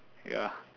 ya